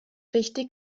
richtig